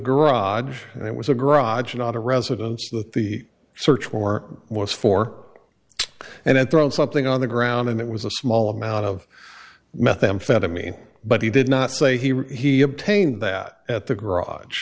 garage and it was a garage not a residence that the search warrant was for and then throw something on the ground and it was a small amount of methamphetamine but he did not say he he obtained that at the garage